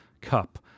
cup